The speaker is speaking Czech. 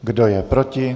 Kdo je proti?